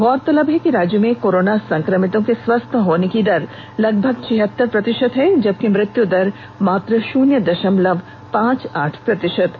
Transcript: गौरतलब है कि राज्य में कोरोना संक्रमिर्तो के स्वस्थ होने की दर लगभग छिहतर प्रतिशत है जबकि मृत्यु दर मात्र शून्य दशमलव पांच आठ प्रतिशत है